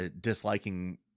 disliking